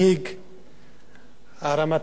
הרמטכ"ל ה-15,